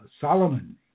Solomon